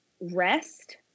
Rest